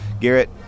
Garrett